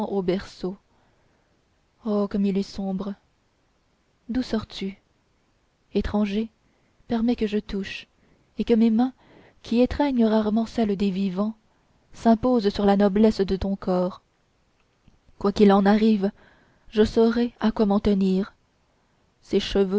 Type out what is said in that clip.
au berceau oh comme il est sombre d'où sors-tu étranger permets que je touche et que mes mains qui étreignent rarement celles des vivants s'imposent sur la noblesse de ton corps quoi qu'il en arrive je saurais à quoi m'en tenir ces cheveux